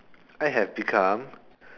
I have become